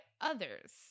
others